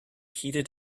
heated